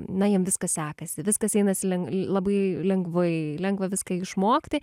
na jiem viskas sekasi viskas einasi len labai lengvai lengva viską išmokti